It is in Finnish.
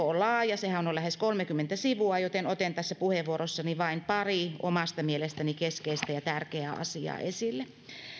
on laaja sehän on lähes kolmekymmentä sivua joten otan tässä puheenvuorossani vain pari omasta mielestäni keskeistä ja tärkeää asiaa esille